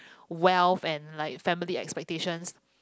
wealth and like family expectations